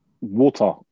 Water